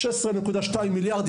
אבל מדובר ב-16.2 מיליארד שקלים,